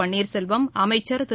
பன்னீாசெல்வம் அமைச்சா் திரு